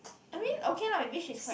I mean okay lah maybe she's quite